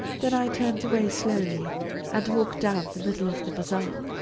then i turned away slowly and walked down the middle of the bazaar.